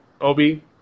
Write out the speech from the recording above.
Obi